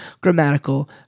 grammatical